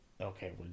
Okay